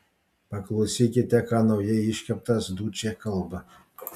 paklausykite ką naujai iškeptas dučė kalba